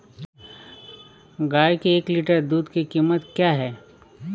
गाय के एक लीटर दूध की कीमत क्या है?